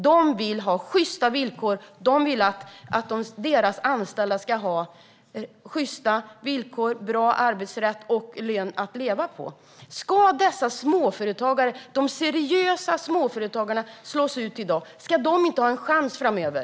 De vill ha sjysta villkor och tillämpa bra arbetsrätt. De vill att deras anställda ska ha sjysta villkor och en lön att leva på. Ska dessa småföretagare, de seriösa småföretagarna, slås ut i dag? Ska de inte ha en chans framöver?